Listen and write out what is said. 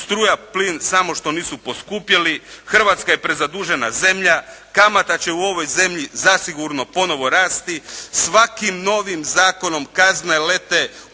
struja, plin samo što nisu poskupjeli, Hrvatska je prezadužena zemlja, kamata će u ovoj zemlji zasigurno ponovo rasti, svakim novim zakonom kazne lete u nebo,